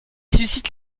suscite